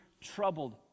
troubled